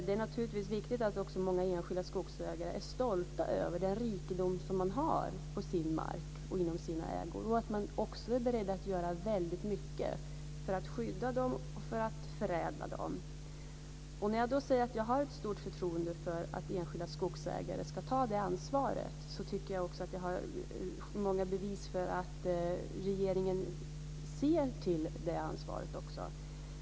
Det är naturligtvis viktigt att många enskilda skogsägare är stolta över den rikedom som man har på sin mark och inom sina ägor och att man är beredd att göra mycket för att skydda dem och förädla dem. När jag säger att jag har ett stort förtroende för att enskilda skogsägare ska ta det ansvaret har jag också många bevis för att regeringen ser till det ansvaret också.